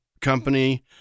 company